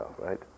right